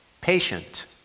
patient